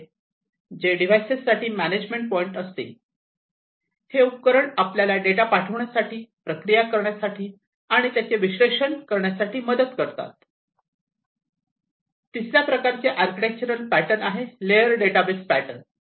जे डिव्हाइसेस साठी management point असतील हे उपकरण आपल्याला डेटा पाठवण्यासाठी प्रक्रिया करण्यासाठी आण त्याचे विश्लेषण करण्यासाठी मदत करतात तिसऱ्या प्रकारचे आर्किटेक्चरल पॅटर्न आहे लेअर डेटा बस पॅटर्न